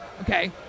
Okay